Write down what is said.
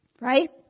right